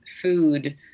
food